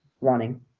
running